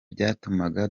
byatumaga